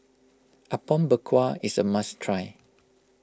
Apom Berkuah is a must try